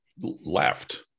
left